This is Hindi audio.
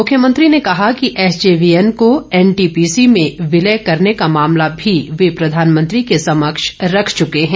मुख्यमंत्री ने कहा कि एसजेवीएन को एनटीपीसी में विलय करने का मामला भी वे प्रधानमंत्री के समक्ष रख चुके हैं